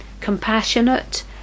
compassionate